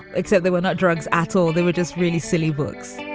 except they were not drugs at all they were just really silly books